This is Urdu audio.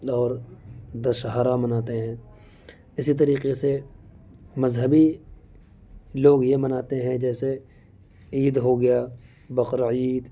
اور دشہرہ مناتے ہیں اسی طریقے سے مذہبی لوگ یہ مناتے ہیں جیسے عید ہو گیا بقرعید